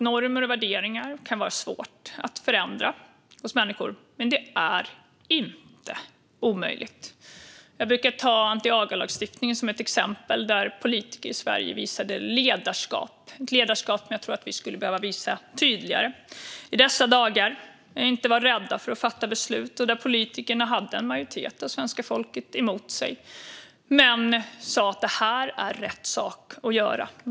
Normer och värderingar kan vara svåra att förändra hos människor, men det är inte omöjligt. Jag brukar ta anti-agalagstiftningen som ett exempel. Politiker i Sverige visade ledarskap. Det var en sorts ledarskap som jag tror att vi skulle behöva visa tydligare i dessa dagar och inte vara rädda för att fatta beslut. Politikerna hade en majoritet av svenska folket emot sig men sa: Det här är rätt sak att göra.